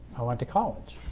i went to college